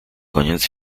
goniąc